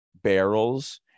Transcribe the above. barrels